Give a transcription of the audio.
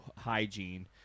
hygiene